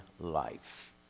life